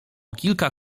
kilka